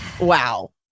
wow